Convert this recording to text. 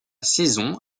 saison